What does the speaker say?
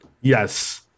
Yes